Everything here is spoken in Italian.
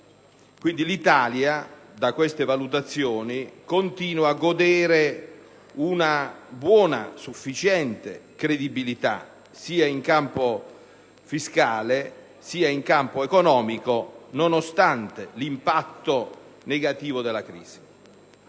Quindi, secondo queste valutazioni l'Italia continua a godere di una buona, sufficiente, credibilità, sia in campo fiscale che in quello economico, nonostante l'impatto negativo della crisi.